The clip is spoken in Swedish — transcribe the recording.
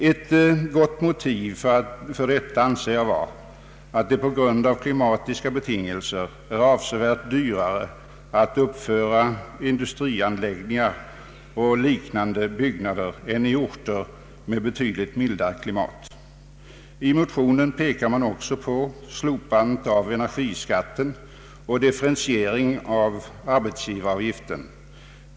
Ett gott motiv för detta anser jag vara att det på grund av klimatiska betingelser är avsevärt dyrare att uppföra industrianläggningar och liknande byggnader här än i orter med betydligt mildare klimat. I motionsparet pekar man också på slopandet av energiskatten och en differentiering av = arbetsgivaravgiften.